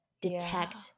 detect